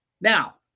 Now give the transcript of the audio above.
Now